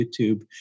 YouTube